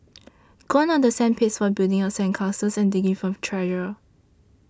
gone are the sand pits for building up sand castles and digging for treasure